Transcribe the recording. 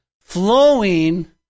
flowing